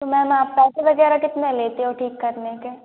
तो मैम आप पैसे वग़ैरह कितना लेते हो ठीक करने के